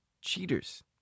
Cheaters